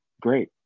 great